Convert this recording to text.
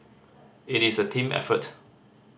it is a team effort